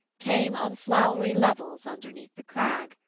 came on flowery levels underneath the crag,